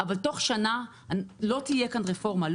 אבל תוך שנה לא תהיה כאן רפורמה.